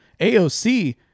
AOC